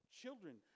children